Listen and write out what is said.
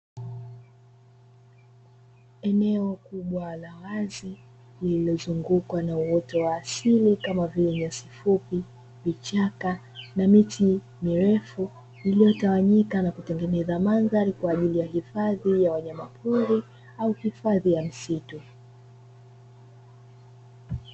Eneo kubwa la wazi lililozungukwa na uoto wa asili kama vile nyasi fupi, vichaka na miti mirefu iliyotawanyika na kutengeneza mandhari kwa ajili ya hifadhi ya wanyamapori au hifadhi ya msitu.